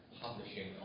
publishing